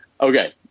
Okay